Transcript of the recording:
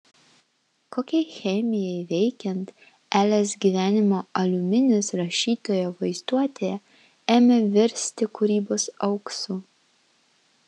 kokiai chemijai veikiant elės gyvenimo aliuminis rašytojo vaizduotėje ėmė virsti kūrybos auksu